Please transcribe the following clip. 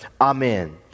Amen